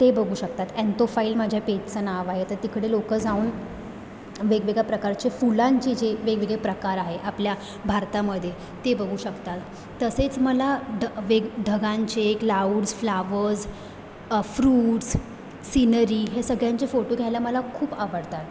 ते बघू शकतात ॲनतोफाईल माझ्या पेजचं नाव आहे तर तिकडे लोक जाऊन वेगवेगळ्या प्रकारचे फुलांचे जे वेगवेगळे प्रकार आहे आपल्या भारतामध्ये ते बघू शकतात तसेच मला द वेग ढगांचे क्लाऊड्स फ्लावर्स फ्रुट्स सिनरी हे सगळ्यांचे फोटो घ्यायला मला खूप आवडतात